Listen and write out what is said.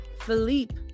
Philippe